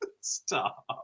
Stop